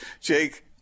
jake